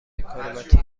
کرواتی